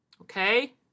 Okay